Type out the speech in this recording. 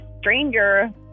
stranger